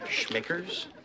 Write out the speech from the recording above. Schmickers